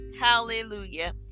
hallelujah